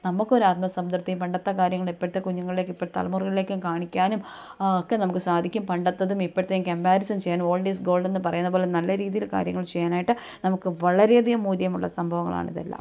നമുക്കൊരു ആത്മസംതൃപ്തിയും പണ്ടത്തെ കാര്യങ്ങൾ ഇപ്പോഴത്തെ കുഞ്ഞുങ്ങളുടെയൊക്കെ ഇപ്പോഴത്തെ തലമുറകളിലേക്കും കാണിക്കാനും ഒക്കെ നമുക്ക് സധിക്കും പണ്ടത്തെതും ഇപ്പോഴത്തെയും കമ്പാരിസൺ ചെയ്യാൻ ഓൾഡ് ഈസ് ഗോൾഡ് എന്ന് പറയുന്ന പോലെ നല്ല രീതിയിൽ കാര്യങ്ങൾ ചെയ്യാനായിട്ട് നമുക്ക് വളരെയധികം മൂല്യമുള്ള സംഭവങ്ങളാണ് ഇതെല്ലാം